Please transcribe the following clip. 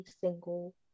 single